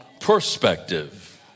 perspective